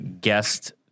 guest